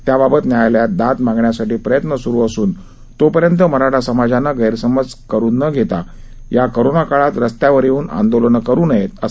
त्याबाबत न्यायालयात दाद मागण्यासाठी प्रयत्न सुरू असून तो पर्यंत मराठा समाजाने गैरसमज न करून घेता या कोरोनाच्या काळात रस्त्यावर येऊन आंदोलनं करु नये असंही ते म्हणाले